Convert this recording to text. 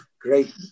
great